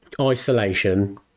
isolation